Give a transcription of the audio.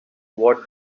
what